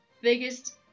biggest